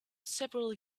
several